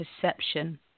perception